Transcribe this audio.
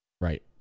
Right